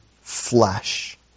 flesh